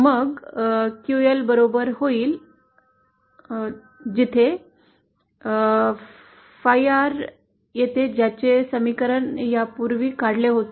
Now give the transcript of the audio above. मग QL बरोबर होईल जेथे phi r येते ज्याचे समीकरण यापूर्वी काढले होते